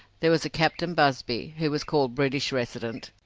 there was a captain busby, who was called british resident,